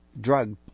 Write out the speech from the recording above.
drug